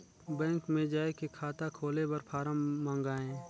Bank मे जाय के खाता खोले बर फारम मंगाय?